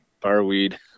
fireweed